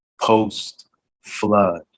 post-flood